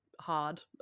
hard